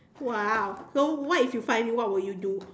!wow! so what if you find me what will you do